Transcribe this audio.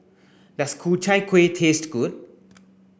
does Ku Chai Kuih taste good